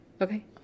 Okay